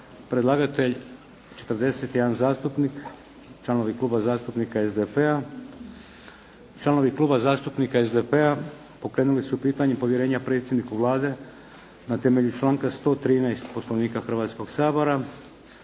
Predlagatelji: članovi Kluba zastupnika SDP-a Članovi Kluba zastupnika SDP-a, pokrenuli su pitanje povjerenja predsjedniku Vlade na temelju članka 113. Poslovnika Hrvatskoga sabora.